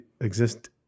exist